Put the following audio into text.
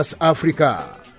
Africa